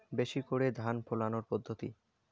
বেশি করে ধান ফলানোর পদ্ধতি?